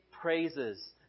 praises